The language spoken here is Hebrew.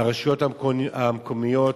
לרשויות המקומיות,